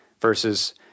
versus